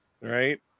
right